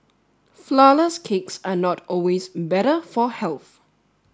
Flourless cakes are not always better for health